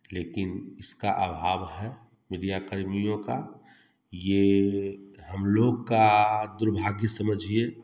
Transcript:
लेकिन इसका अभाव है मिडिया कर्मियों का ये हम लोग का दुर्भाग्य समझिए